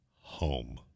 home